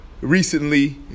recently